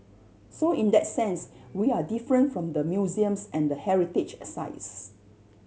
so in that sense we are different from the museums and the heritage a sites